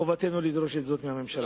חובתנו לדרוש את זאת מהממשלה.